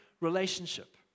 relationship